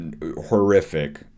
Horrific